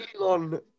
Elon